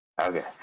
okay